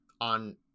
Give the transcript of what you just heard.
on